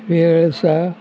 वेळसा